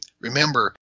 Remember